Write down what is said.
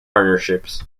partnerships